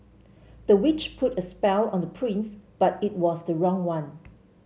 the witch put a spell on the prince but it was the wrong one